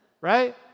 Right